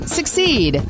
Succeed